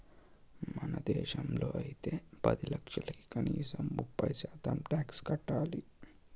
మన దేశంలో అయితే పది లక్షలకి కనీసం ముప్పై శాతం టాక్స్ కట్టాలి